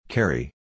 Carry